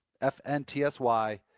FNTSY